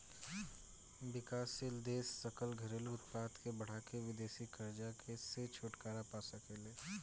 विकासशील देश सकल घरेलू उत्पाद के बढ़ा के विदेशी कर्जा से छुटकारा पा सके ले